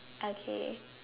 okay